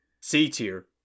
C-Tier